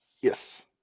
Yes